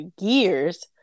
years